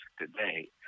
today